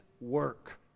work